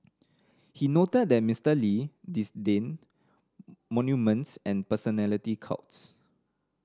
he noted that Mister Lee disdained monuments and personality cults